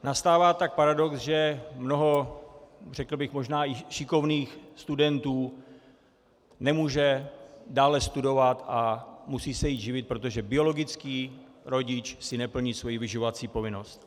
Nastává tak paradox, že mnoho možná i šikovných studentů nemůže dále studovat a musí se jít živit, protože biologický rodič neplní svoji vyživovací povinnost.